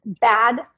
bad